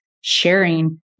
sharing